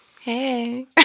Hey